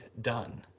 done